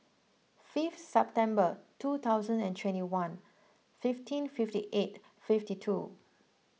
fifth September two thousand and twenty one fifteen fifty eight fifty two